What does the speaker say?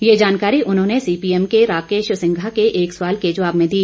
यह जानकारी उन्होंने सीपीएम के राकेश सिंघा के एक सवाल के जवाब में दी